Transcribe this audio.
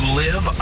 live